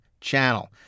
channel